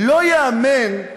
לא ייאמן,